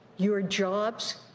your jobs,